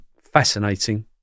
Fascinating